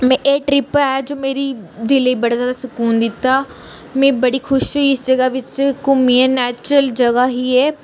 मै एह् ट्रिप ऐ जो मेरे दिले बड़ा ज्यादा सुकून दित्ता मै बड़ी खुश होई इस जगह् बिच्च घूमियै नेचुरल जगह् ही ऐ